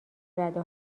رده